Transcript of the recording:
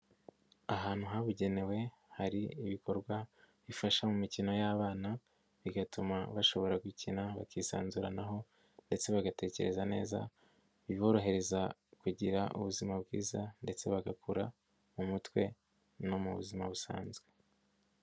Ahantu habugenewe hari ibikorwa bifasha mu mikino y'abana, bigatuma bashobora gukina bakisanzuranaho ndetse bagatekereza neza biborohereza kugira ubuzima bwiza ndetse bagakura mu mutwe no mu buzima busanzwe.